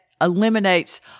eliminates